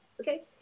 okay